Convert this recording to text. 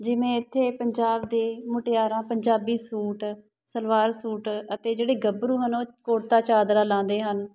ਜਿਵੇਂ ਇੱਥੇ ਪੰਜਾਬ ਦੇ ਮੁਟਿਆਰਾਂ ਪੰਜਾਬੀ ਸੂਟ ਸਲਵਾਰ ਸੂਟ ਅਤੇ ਜਿਹੜੇ ਗੱਭਰੂ ਹਨ ਉਹ ਕੁੜਤਾ ਚਾਦਰਾ ਲਾਉਂਦੇ ਹਨ